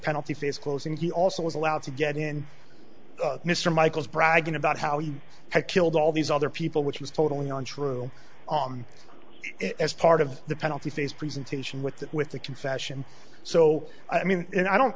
penalty phase closing he also was allowed to get in mr michaels bragging about how he had killed all these other people which was totally untrue as part of the penalty phase presentation with that with the confession so i mean i don't